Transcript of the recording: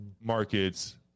markets